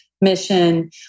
mission